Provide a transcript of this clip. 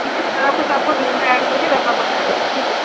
ٹھیک ہے سر آپ کو سب کو بل میں ایڈ کر کے لڑکا پہنچا دے گا ٹھیک ہے